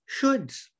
shoulds